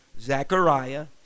Zechariah